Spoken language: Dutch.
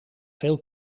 veel